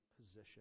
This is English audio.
position